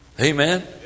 Amen